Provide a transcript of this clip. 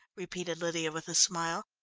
repeated lydia with a smile.